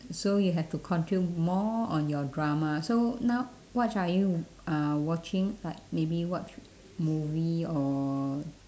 so you have to continue more on your drama so now what are you uh watching like maybe watch movie or